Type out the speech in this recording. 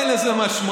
אין לזה משמעות.